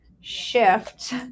shift